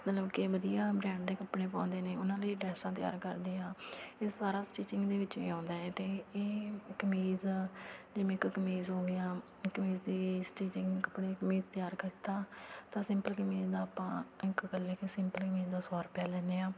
ਮਤਲਬ ਕਿ ਵਧੀਆ ਬਰੈਂਡ ਦੇ ਕੱਪੜੇ ਪਾਉਂਦੇ ਨੇ ਉਹਨਾਂ ਦੇ ਡਰੈਸਾਂ ਤਿਆਰ ਕਰਦੇ ਹਾਂ ਇਹ ਸਾਰਾ ਸਟਿਚਿੰਗ ਦੇ ਵਿੱਚ ਹੀ ਆਉਂਦਾ ਹੈ ਅਤੇ ਇਹ ਕਮੀਜ਼ ਆ ਜਿਵੇਂ ਇੱਕ ਕਮੀਜ਼ ਹੋ ਗਿਆ ਕਮੀਜ਼ ਦੀ ਸਟੀਚਿੰਗ ਕੱਪੜੇ ਦੀ ਕਮੀਜ਼ ਤਿਆਰ ਕੀਤਾ ਤਾਂ ਸਿੰਪਲ ਕਮੀਜ਼ ਦਾ ਆਪਾਂ ਇੱਕ ਇਕੱਲੇ ਇੱਕ ਸਿੰਪਲ ਕਮੀਜ਼ ਦਾ ਸੌ ਰੁਪਏ ਲੈਂਦੇ ਹਾਂ